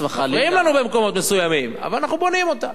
מפריעים לנו במקומות מסוימים אבל אנחנו בונים אותה.